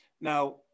Now